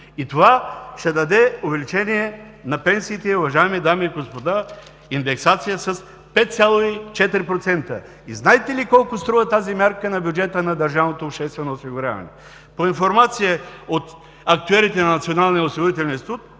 И това ще даде увеличение на пенсиите, уважаеми дами и господа, индексация с 5,4%. И знаете ли колко струва тази мярка на бюджета на държавното обществено осигуряване? По информация от актюерите на Националния осигурителен институт